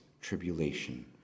tribulation